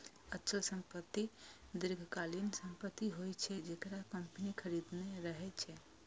अचल संपत्ति दीर्घकालीन संपत्ति होइ छै, जेकरा कंपनी खरीदने रहै छै